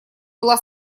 была